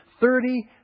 thirty